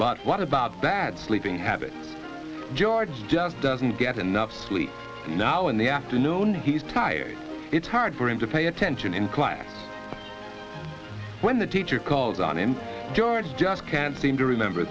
but what about that sleeping habit george just doesn't get enough sleep now in the afternoon he's tired it's hard for him to pay attention in class when the teacher calls on him george just can't seem to remember